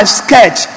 sketch